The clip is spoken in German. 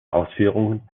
ausführungen